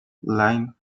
while